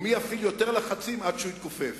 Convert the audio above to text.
ומי יפעיל יותר לחצים עד שהוא יתכופף.